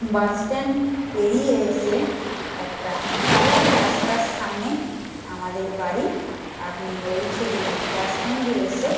বাস stand পেরিয়ে এসে একটা ঢালাই রাস্তার সামনেই আমাদের বাড়ি আপনি ওই খেজুরির বাস স্ট্যাণ্ডে এসে